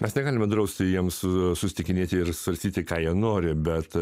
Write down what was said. mes negalime drausti jiems susitikinėti ir svarstyti ką jie nori bet